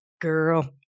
Girl